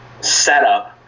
setup